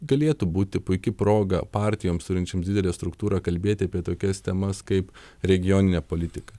galėtų būti puiki proga partijoms turinčioms didelę struktūrą kalbėti apie tokias temas kaip regioninė politika